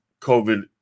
COVID